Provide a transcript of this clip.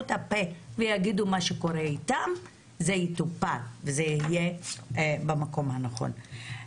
את הפה ויגידו מה שקורה איתם זה יטופל וזה יהיה במקום הנכון.